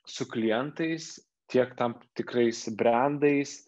su klientais tiek tam tikrais brendais